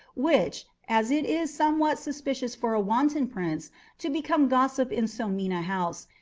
which, as it is somewhat suspicious for a wanton prince to become gossip in so mean a house,